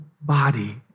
body